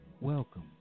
Welcome